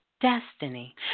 Destiny